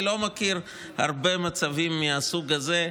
אני לא מכיר הרבה מצבים מהסוג הזה,